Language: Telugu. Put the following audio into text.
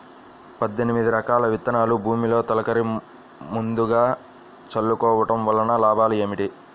పద్దెనిమిది రకాల విత్తనాలు భూమిలో తొలకరి ముందుగా చల్లుకోవటం వలన లాభాలు ఏమిటి?